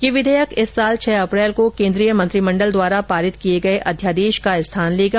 ये विधेयक इस वर्ष छह अप्रैल को केंद्रीय मंत्रिमंडल द्वारा पारित किए गए अध्यादेश का स्थान लेगा